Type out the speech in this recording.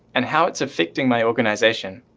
and how it's affecting my organization.